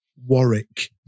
Warwick